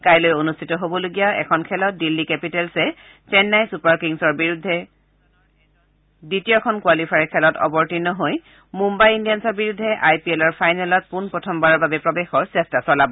কাইলৈ অনুষ্ঠিত হবলগীয়া এখন খেলত দিল্লী কেপিটেলছে চেন্নাই ছুপাৰ কিংছৰ বিৰুদ্ধে দ্বিতীয়খন কোৱালিফায়াৰ খেলত অৱতীৰ্ণ হৈ মুম্বাই ইণ্ডিয়ানছৰ বিৰুদ্ধে আই পি এলৰ ফাইনেলত পোনপ্ৰথমবাৰৰ বাবে প্ৰৱেশৰ চেষ্টা চলাব